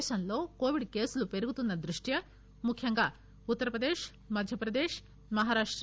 దేశంలో కోవిడ్ కేసులు పెరుగుతున్న దృష్ణ్యా ముఖ్యంగా ఉత్తరప్రదేశ్ మధ్యప్రదేశ్ మహారాష్ణ